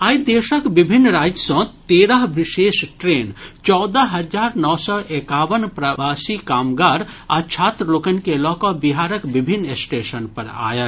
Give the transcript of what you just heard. आइ देशक विभिन्न राज्य सॅ तेरह विशेष ट्रेन चौदह हजार नओ सय एकावन प्रवासी कामगार आ छात्र लोकनि के लऽकऽ बिहारक विभिन्न स्टेशन पर आयल